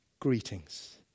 Greetings